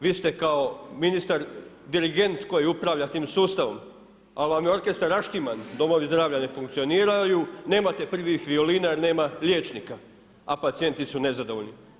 Vi ste kao ministar dirigent koji upravlja tim sustavom, ali vam je orkestar raštiman, domovi zdravlja ne funkcioniraju, nemate prvih violina jer nema liječnika, a pacijenti su nezadovoljni.